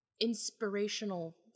inspirational